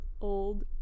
old